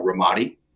Ramadi